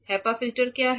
HEPA filter क्या है